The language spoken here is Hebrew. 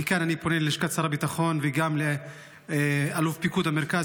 מכאן אני פונה ללשכת שר הביטחון וגם לאלוף פיקוד המרכז,